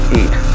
eat